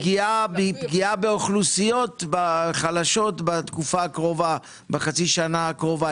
פגיעה באוכלוסיות חלשות בחצי השנה הקרובה,